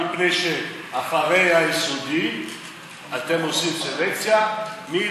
מפני שאחרי היסודי אתם עושים סלקציה מי